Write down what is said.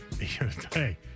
hey